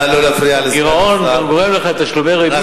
גירעון שגורם לך תשלומי ריבית,